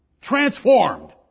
transformed